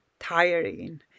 Tiring